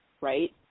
right